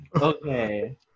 okay